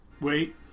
Wait